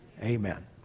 Amen